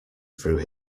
through